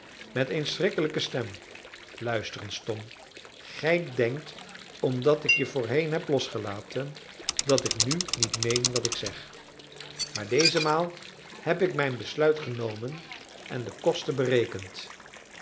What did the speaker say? met eene schrikkelijke stem luister eens tom gij denkt omdat ik je voorheen heb losgelaten dat ik nu niet meen wat ik zeg maar deze maal heb ik mijn besluit genomen en de kosten berekend